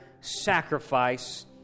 sacrifice